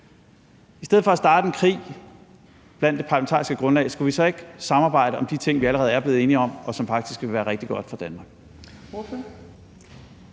I stedet for at starte en krig blandt det parlamentariske grundlag skulle vi så ikke samarbejde om de ting, vi allerede er blevet enige om, og som faktisk ville være rigtig godt for Danmark?